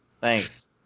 Thanks